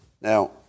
Now